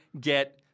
get